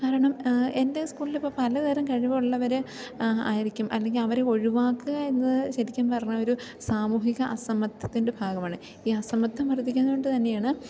കാരണം എൻ്റെ സ്കൂളിലിപ്പോൾ പലതരം കഴിവുള്ളവർ ആയിരിക്കും അല്ലെങ്കിൽ അവർ ഒഴിവാക്കുക എന്നത് ശരിക്കും പറഞ്ഞാൽ ഒരു സാമൂഹിക അസമത്വത്തിൻ്റെ ഭാഗമാണ് ഈ അസമത്വം വർദ്ധിക്കുന്നതു കൊണ്ട് തന്നെയാണ്